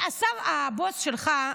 הבוס שלך,